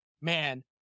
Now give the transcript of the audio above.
man